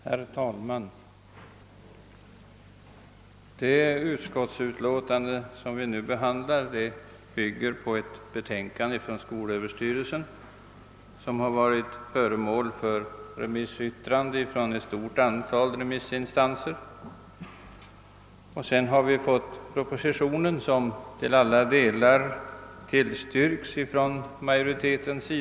Herr talman! I statsutskottets utlåtande nr 179 behandlas en proposition som bygger på ett betänkande från skolöverstyrelsen. Detta har sänts på remiss till ett stort antal remissinstanser, och därefter har propositionen framlagts, vilken till alla delar tillstyrks av utskottsmajoriteten.